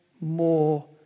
more